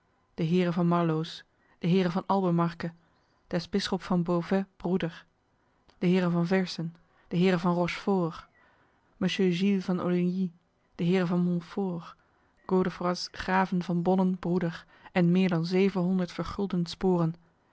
de heere van marloos de heere van albemarke des bisschop van beauvais broeder de heere van versen de heere van rochefort mher gillis van olingy de heere van montfort godefroid's graven van bonnen broeder en meer dan seven hondert vergulden sporen